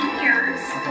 years